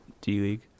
D-League